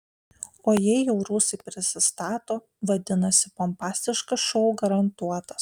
o jei jau rusai prisistato vadinasi pompastiškas šou garantuotas